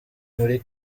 muri